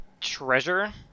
treasure